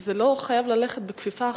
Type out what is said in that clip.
זה לא חייב לדור בכפיפה אחת,